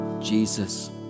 Jesus